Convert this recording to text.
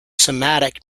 somatic